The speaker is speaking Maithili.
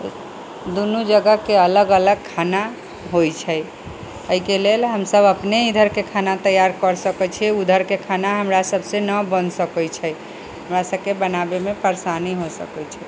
दूनू जगहके अलग अलग खाना होइ छै एहिके लेल हमसब अपने इधरके खाना तैआर करि सकै छिए उधरके खाना हमरा सबसँ नहि बनि सकै छै हमरा सबके बनाबेमे परेशानी हो सकै छै